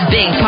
Big